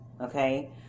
okay